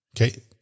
okay